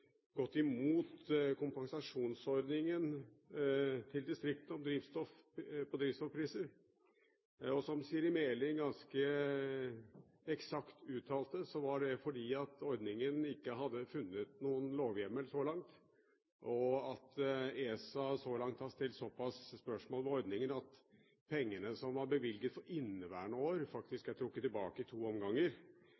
gått imot kompensasjonsordningen til distriktene for drivstoffpriser. Som Siri A. Meling ganske eksakt uttalte, gjorde vi det fordi man ikke hadde noen lovhjemmel for ordningen så langt, og at ESA så langt har stilt såpass mange spørsmål ved ordningen at pengene som man har bevilget for inneværende år, faktisk